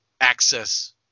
access